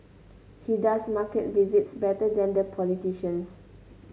he does market visits better than the politicians